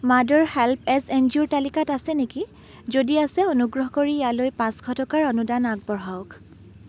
mother HelpAge N G অ'ৰ তালিকাত আছে নেকি যদি আছে অনুগ্ৰহ কৰি ইয়ালৈ পাঁচশ টকাৰ অনুদান আগবঢ়াওক